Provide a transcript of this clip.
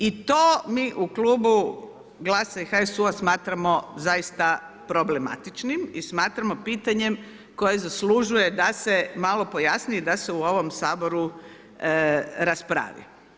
I to mi u klubu Glasa i HSU-a smatramo zaista problematičnim i smatramo pitanjem koje zaslužuje da se malo pojasni i da se u ovom Saboru raspravi.